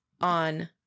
on